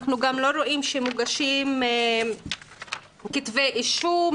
אנחנו גם לא רואים שמוגשים כתבי אישום,